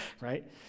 right